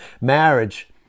Marriage